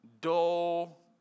dull